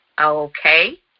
okay